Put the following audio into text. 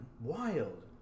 Wild